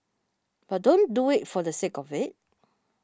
but don't do it for the sake of it